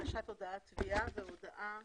הגשת הודעת תביעה והודעה